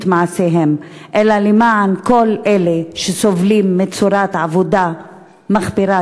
מעשיהם אלא למען כל אלה שסובלים מצורת עבודה מחפירה,